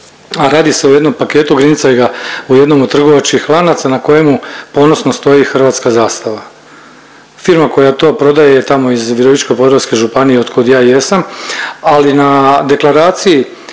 radi se o jednom paketu grincajga u jednom od trgovačkih lanaca na kojemu ponosno stoji hrvatska zastava. Firma koja to prodaje je tamo iz Virovitičko-podravske županije otkud ja jesam, ali na deklaraciji